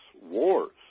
wars